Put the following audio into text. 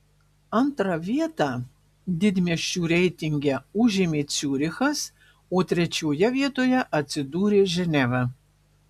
antrą vietą didmiesčių reitinge užėmė ciurichas o trečioje vietoje atsidūrė ženeva